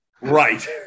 right